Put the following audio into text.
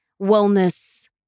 wellness